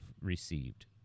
received